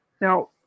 Now